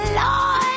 lord